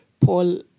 Paul